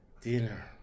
dinner